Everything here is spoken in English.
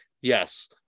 Yes